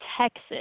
Texas